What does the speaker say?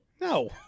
No